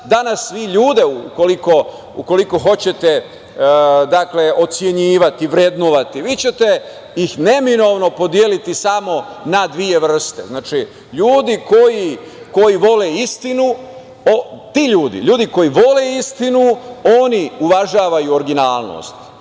danas vi ljude ukoliko hoćete ocenjivati, vrednovati, vi ćete ih neminovno podeliti samo na dve vrste. Znači, ljudi koji vole istinu. Ti ljudi, ljudi